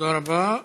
תודה רבה.